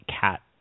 cat